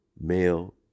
male